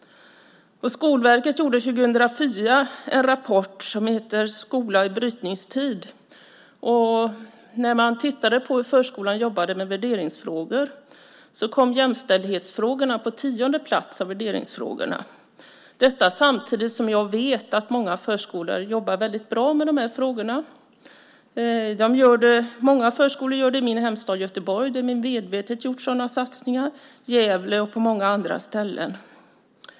Skolverket gjorde 2004 en rapport som heter Förskola i brytningstid . När man tittade på hur förskolan jobbade med värderingsfrågor så kom jämställdhetsfrågorna på tionde plats av värderingsfrågorna. Samtidigt vet jag att många förskolor jobbar väldigt bra med dessa frågor. Många förskolor i min hemstad i Göteborg gör det. Där har man medvetet gjort sådana satsningar. Man har även gjort det i Gävle och på många andra ställen.